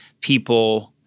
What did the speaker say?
people –